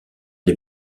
des